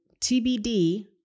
TBD